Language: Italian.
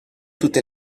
tutte